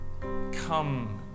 come